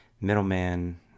middleman